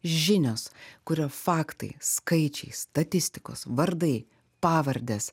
žinios kur yra faktai skaičiai statistikos vardai pavardės